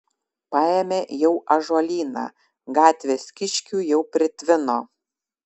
paėmė jau ąžuolyną gatvės kiškių jau pritvino